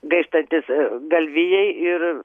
graištantys galvijai ir